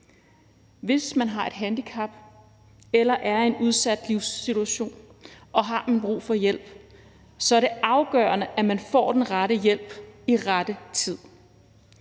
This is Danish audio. Hvis man har et handicap eller er i en udsat livssituation, og har man brug for hjælp, er det afgørende, at man får den rette hjælp i rette tid.